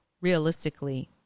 realistically